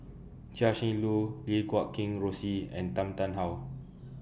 Chia Shi Lu Lim Guat Kheng Rosie and Tan Tarn How